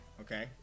Okay